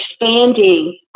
expanding